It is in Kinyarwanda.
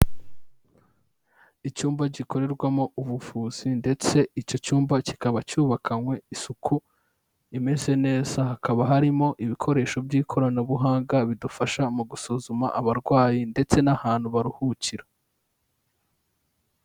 Icyumba gikorerwamo ubuvuzi ndetse icyo cyumba kikaba cyubakanywe isuku imeze neza, hakaba harimo ibikoresho by'ikoranabuhanga bidufasha mu gusuzuma abarwayi ndetse n'ahantu baruhukira.